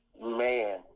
man